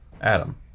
Adam